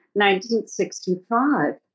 1965